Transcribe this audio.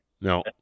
No